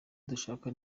dushaka